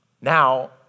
Now